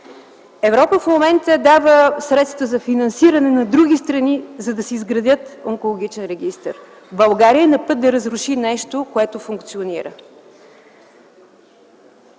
Европа в момента дава средства за финансиране на други страни, за да си изградят онкологичен регистър. България е на път да разруши нещо, което функционира.